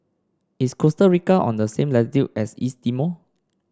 is Costa Rica on the same latitude as East Timor